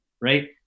right